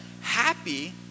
happy